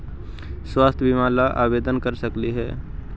स्वास्थ्य बीमा ला आवेदन कर सकली हे?